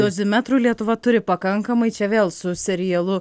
dozimetrų lietuva turi pakankamai čia vėl su serialu